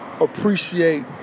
appreciate